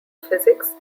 physics